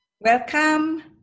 Welcome